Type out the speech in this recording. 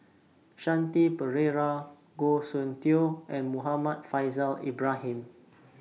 Shanti Pereira Goh Soon Tioe and Muhammad Faishal Ibrahim